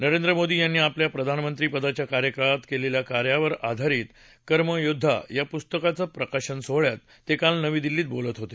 नरेंद्र मोदी यांनी आपल्या प्रधानमंत्री पदाच्या काळात केलेल्या कार्यावर आधारित कर्मयोद्वा या पुस्तकाच्या प्रकाशन सोहळ्यात ते काल नवी दिल्लीत बोलत होते